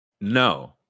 No